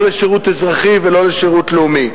לא לשירות אזרחי ולא לשירות לאומי.